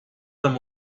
them